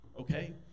okay